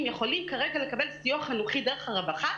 יכולים כרגע לקבל סיוע חינוכי דרך הרווחה,